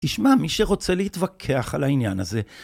תשמע, מי שרוצה להתווכח על העניין הזה...